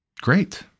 Great